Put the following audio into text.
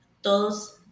todos